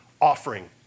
offering